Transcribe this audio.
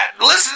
Listen